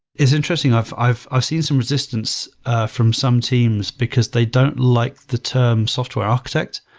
it's interesting. i've i've ah seen some resistance from some teams because they don't like the term software architect.